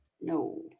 no